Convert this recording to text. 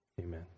amen